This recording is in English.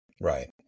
right